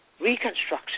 Reconstruction